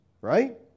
right